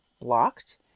blocked